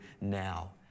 now